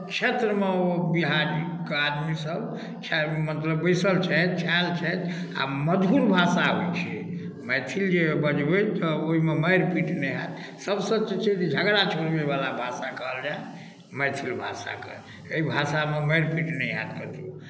क्षेत्रमे ओ बिहारीके आदमीसभ छै मतलब बैसल छथि छायल छथि आ मधुर भाषा होइत छै मैथिल जे बजबै तऽ ओहिमे मारि पीट नहि हैत सभसँ जे छै से झगड़ा छोड़बैवला भाषा कहल जाय मैथिल भाषाके एहि भाषामे मारि पीट नहि हैत कतहु